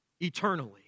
eternally